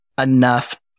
enough